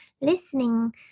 listening